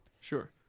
Sure